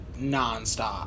nonstop